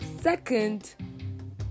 second